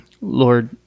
Lord